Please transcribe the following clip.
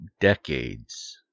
decades